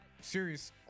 serious